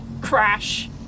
crash